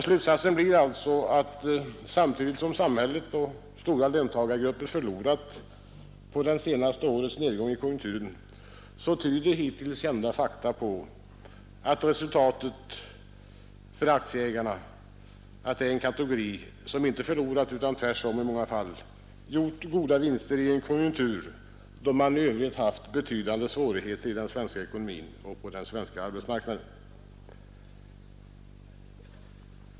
Slutsatsen bli alltså att samtidigt som samhället och stora löntagargrupper förlorat på det senaste årets nedgång i konjunkturen tyder hittills kända fakta på att aktieägarna är en kategori som inte förlorat utan tvärtom i många fall gjort goda vinster i en konjunktur, då man i övrigt haft betydande svårigheter i den svenska ekonomin och på den svenska arbetsmarknaden.